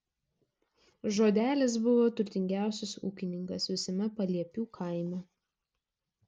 žodelis buvo turtingiausias ūkininkas visame paliepių kaime